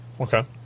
Okay